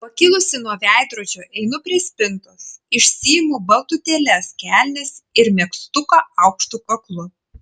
pakilusi nuo veidrodžio einu prie spintos išsiimu baltutėles kelnes ir megztuką aukštu kaklu